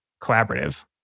collaborative